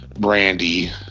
Brandy